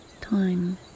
time